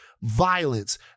violence